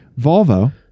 Volvo